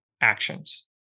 actions